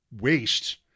waste –